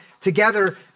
together